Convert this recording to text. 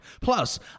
Plus